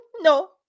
No